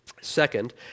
Second